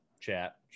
chat